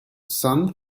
sun